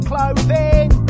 Clothing